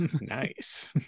Nice